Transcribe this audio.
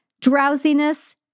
Drowsiness